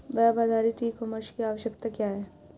Web आधारित e commerce की आवश्यकता क्या है?